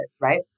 right